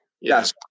Yes